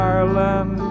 Ireland